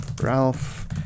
Ralph